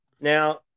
Now